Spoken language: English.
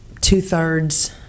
two-thirds